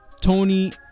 Tony